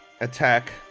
attack